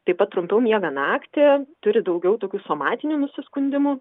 taip pat trumpiau miega naktį turi daugiau tokių somatinių nusiskundimų